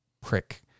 prick